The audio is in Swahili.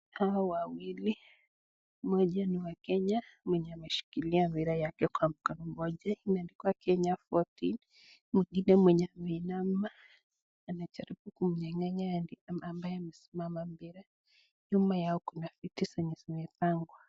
Hawa wawili, mmoja ni wa Kenya, mwenye ameshikilia mpira wake kwa mkono mmoja; imeandikwa Kenya 14. Mwingine mwenye ameinama anajaribu kumnyang'anya yule ambaye amesimama mbele. Nyuma yao kuna viti zenye zimepangwa.